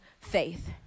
faith